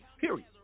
Period